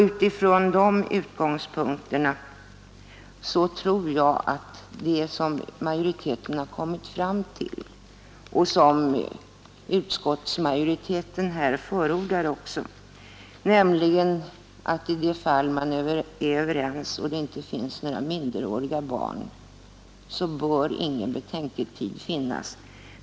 Utifrån de utgångspunkterna tror jag att det är riktigt vad utskottsmajoriteten har kommit fram till och nu också förordar, nämligen att i de fall då vederbörande är överens och inte har några minderåriga barn bör ingen betänketid finnas.